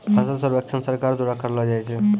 फसल सर्वेक्षण सरकार द्वारा करैलो जाय छै